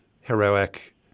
heroic